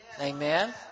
Amen